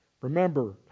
Remember